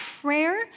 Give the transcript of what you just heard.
prayer